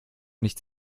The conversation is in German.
nicht